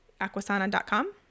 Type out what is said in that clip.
aquasana.com